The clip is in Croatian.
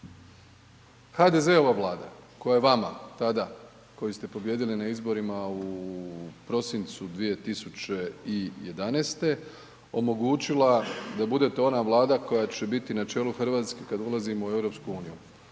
HDZ-ova Vlada koje je vama tada, koju ste pobijedili na izborima u prosincu 2011. omogućila da budete ona Vlada koja će biti na čelu RH kad ulazimo u EU